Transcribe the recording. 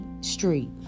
street